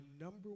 number